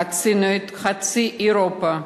חצינו את חצי אירופה,